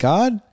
God